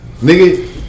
nigga